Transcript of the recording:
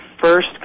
first